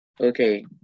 Okay